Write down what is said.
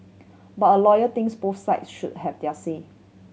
but a lawyer thinks both side should have their say